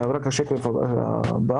עוד שקף אחד.